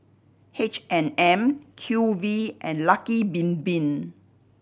H and M Q V and Lucky Bin Bin